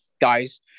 guys